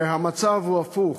המצב הוא הפוך.